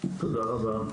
תודה רבה.